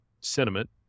sentiment